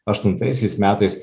aštuntaisiais metais